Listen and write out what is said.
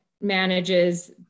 manages